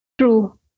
True